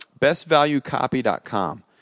bestvaluecopy.com